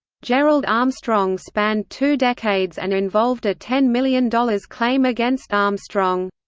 gerald armstrong spanned two decades and involved a ten million dollars claim against armstrong.